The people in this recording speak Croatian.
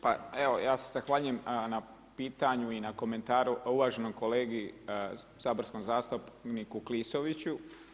Pa evo, ja se zahvaljujem na pitanju i na komentaru uvaženom kolegi saborskom zastupniku Klisoviću.